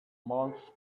months